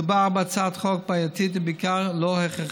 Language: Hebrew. מדובר בהצעת חוק בעייתית ובעיקר לא הכרחית,